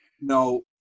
No